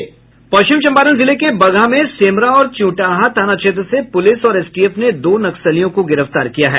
पश्चिम चम्पारण जिले के बगहा में सेमरा और चिउटाहां थाना क्षेत्र से पुलिस और एसटीएफ ने दो नक्सलियों को गिरफ्तार किया है